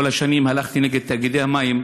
כל השנים הלכתי נגד תאגידי המים.